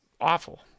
awful